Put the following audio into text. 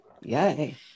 Yay